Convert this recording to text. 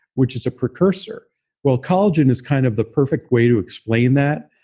which is a precursor well, collagen is kind of the perfect way to explain that.